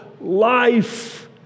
life